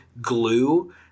glue